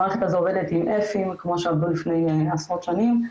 המערכת הזאת עובדת עם F-ים כמו שעבדו לפני עשרות שנים.